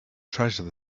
treasure